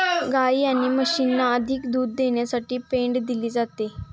गायी आणि म्हशींना अधिक दूध देण्यासाठी पेंड दिली जाते